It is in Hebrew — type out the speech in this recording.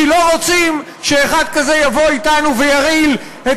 כי לא רוצים שאחד כזה יבוא אתנו וירעיל את